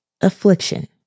affliction